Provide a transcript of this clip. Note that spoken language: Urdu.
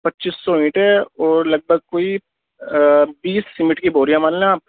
پچیس سو اینٹیں اور لگ بھگ کوئی بیس سیمنٹ کی بوریاں مان لیں آپ